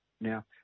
Now